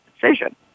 decision